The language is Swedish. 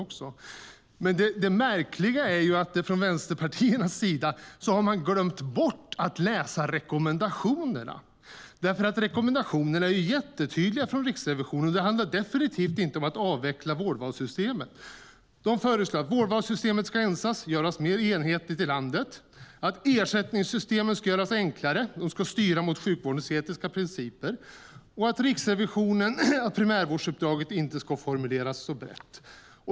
Men det märkliga är att man från vänsterpartiernas sida har glömt bort att läsa rekommendationerna. Rekommendationerna från Riksrevisionen är nämligen jättetydliga. Det handlar definitivt inte om att avveckla vårdvalssystemet. De föreslår att vårdvalssystemet ska ensas och göras mer enhetligt i landet. Vidare föreslår de att ersättningssystemen ska göras enklare och ska styra mot sjukvårdens etiska principer. Slutligen föreslår de att primärvårdsuppdraget inte ska formuleras så brett.